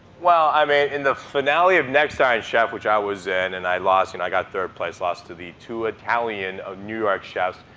well, i mean, in the finale of next iron chef, which i was in, and i lost. and i got third place, lost to the two italian new york chefs,